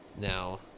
Now